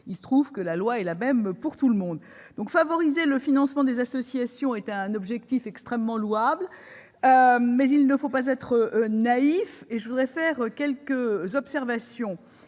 il se trouve que la loi est la même pour tout le monde. Si, donc, favoriser le financement des associations est un objectif extrêmement louable, il ne faut pas être naïf pour autant, et je voudrais, à ce titre, faire quelques observations.